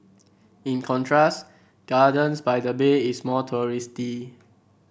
in contrast Gardens by the Bay is more touristy